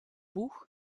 buch